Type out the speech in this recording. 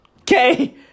Okay